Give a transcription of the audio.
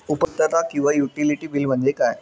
उपयुक्तता किंवा utility bill म्हणजे काय?